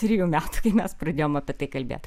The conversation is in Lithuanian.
trijų metų kai mes pradėjom apie tai kalbėt